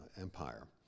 Empire